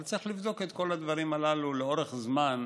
צריך לבדוק את כל הדברים הללו לאורך זמן.